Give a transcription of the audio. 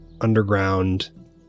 underground